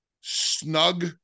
snug